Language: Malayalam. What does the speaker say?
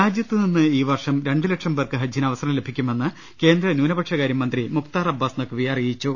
രാജ്യത്ത് നിന്ന് ഈ വർഷം രണ്ട് ലക്ഷം പേർക്ക് ഹജ്ജിന് അവസരം ലഭിക്കുമെന്ന് കേന്ദ്ര ന്യൂനപക്ഷ കാര്യ മന്ത്രി മുഖ്താർ അബ്ബാസ് നഖ്വി അറിയിച്ചു